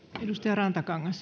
arvoisa